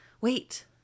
Wait